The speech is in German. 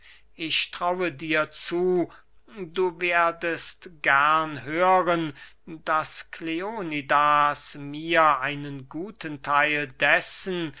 ich traue dir zu du werdest gern hören daß kleonidas mir einen guten theil dessen